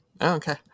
Okay